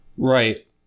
Right